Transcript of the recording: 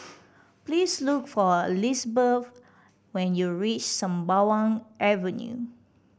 please look for Lisbeth when you reach Sembawang Avenue